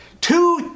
Two